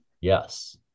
Yes